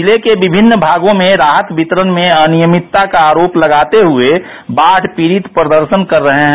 जिले के विभिन्न भागों में राहत वितरण में अनियमितता का आरोप लगाते हये बाढ़ पीड़ित प्रदर्शन कर रहे हैं